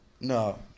No